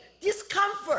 discomfort